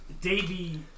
Davey